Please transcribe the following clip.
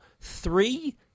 three